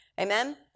Amen